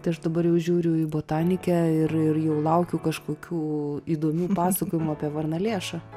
tai aš dabar jau žiūriu į botanikę ir ir jau laukiu kažkokių įdomių pasakojimų apie varnalėšą